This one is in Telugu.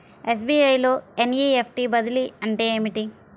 ఎస్.బీ.ఐ లో ఎన్.ఈ.ఎఫ్.టీ బదిలీ అంటే ఏమిటి?